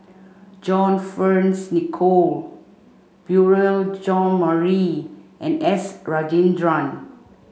John Fearns Nicoll Beurel Jean Marie and S Rajendran